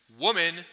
Woman